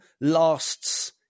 lasts